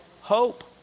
hope